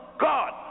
God